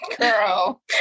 girl